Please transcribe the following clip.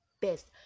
best